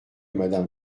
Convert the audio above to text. madame